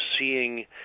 seeing